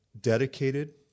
dedicated